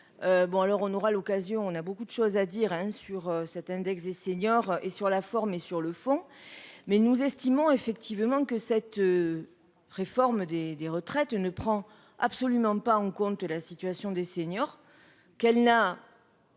Bon alors on aura l'occasion, on a beaucoup de choses à dire hein sur cet index des seniors et sur la forme et sur le fond, mais nous estimons effectivement que cette. Réforme des retraites ne prend absolument pas en compte la situation des seniors, qu'elle n'a.